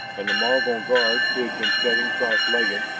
and the mongol guard, who had been sitting cross-legged,